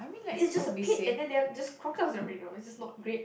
it's just a pet and then they are just crawl out this is not great